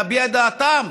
להביע את דעתם.